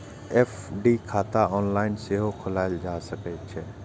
FD खाता online सेहो खोलाएल जा सकै छै